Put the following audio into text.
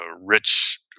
Rich